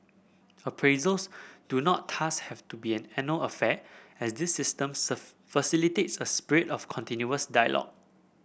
appraisals do not thus have to be an annual affair as this system facilitates a spirit of continuous dialogue